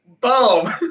boom